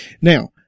Now